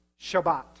Shabbat